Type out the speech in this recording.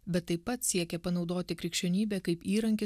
bet taip pat siekė panaudoti krikščionybę kaip įrankį